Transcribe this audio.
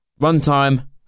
Runtime